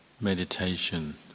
meditation